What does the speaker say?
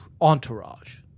Entourage